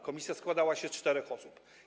Komisja składała się z czterech osób.